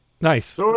Nice